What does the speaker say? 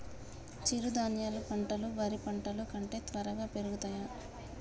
చిరుధాన్యాలు పంటలు వరి పంటలు కంటే త్వరగా పెరుగుతయా?